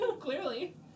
clearly